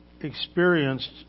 experienced